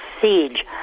siege